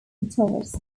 guitarist